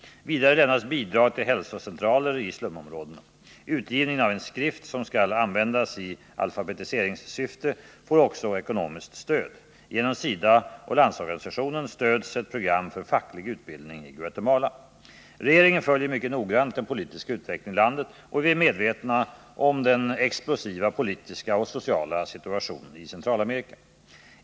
Vidare lämnas bidrag till hälsocentraler i slumområdena. Utgivningen av en skrift som skall användas i alfabetiseringssyfte får också ekonomiskt stöd. Genom SIDA och LO stöds ett program för facklig utbildning i Guatemala. Regeringen följer mycket noggrant den politiska utvecklingen i landet och vi är medvetna om den explosiva politiska och sociala situationen i Centralamerika.